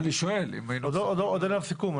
עוד אין עליו סיכום.